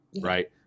Right